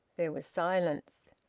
there was silence.